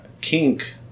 kink